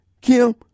Kim